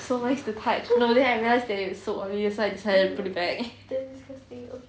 so nice to touch no then I realised it was so oily so I decided to put it back